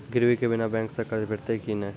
गिरवी के बिना बैंक सऽ कर्ज भेटतै की नै?